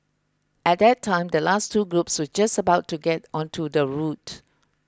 at that time the last two groups were just about to get onto the route